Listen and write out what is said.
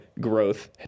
growth